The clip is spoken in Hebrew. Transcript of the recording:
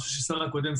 משהו שהשר הקודם,